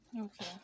Okay